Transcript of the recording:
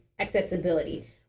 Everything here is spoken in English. accessibility